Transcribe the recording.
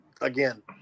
again